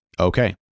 Okay